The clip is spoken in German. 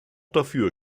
dafür